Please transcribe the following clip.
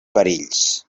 perills